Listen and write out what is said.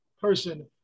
person